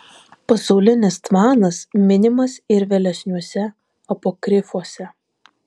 pasaulinis tvanas minimas ir vėlesniuose apokrifuose